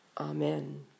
Amen